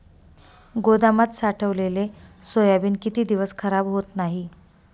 गोदामात साठवलेले सोयाबीन किती दिवस खराब होत नाही?